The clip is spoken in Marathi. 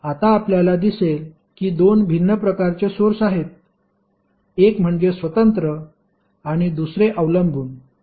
आता आपल्याला दिसेल की दोन भिन्न प्रकारचे सोर्स आहेत एक म्हणजे स्वतंत्र आणि दुसरे अवलंबून